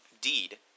deed